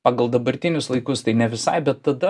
pagal dabartinius laikus tai ne visai bet tada